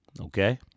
Okay